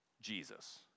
Jesus